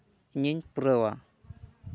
ᱤᱧᱤᱧ ᱯᱩᱨᱟᱹᱣᱟ